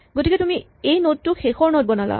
গতিকে তুমি এই নড টোক শেষৰ নড বনালা